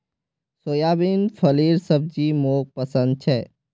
soybean फलीर सब्जी मोक पसंद छे